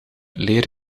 leer